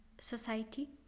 society